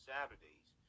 Saturdays